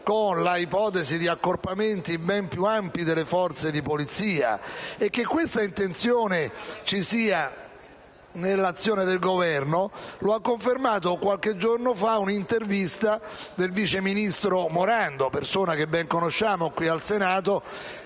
con l'ipotesi di accorpamenti ben più ampi delle forze di polizia: che vi sia quest'intenzione nell'azione del Governo l'ha confermato qualche giorno fa il vice ministro Morando - persona che ben conosciamo qui al Senato